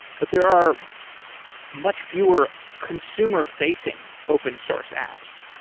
but there are much fewer consumer-facing open source apps.